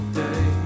day